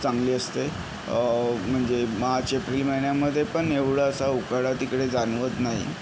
चांगली असते म्हणजे मार्च एप्रिल महिन्यामध्ये पण एवढासा उकाडा तिकडे जाणवत नाही